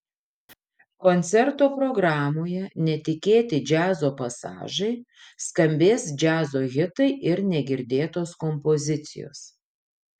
koncerto programoje netikėti džiazo pasažai skambės džiazo hitai ir negirdėtos kompozicijos